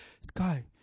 Sky